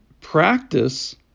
practice